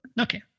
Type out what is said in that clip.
okay